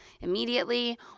immediately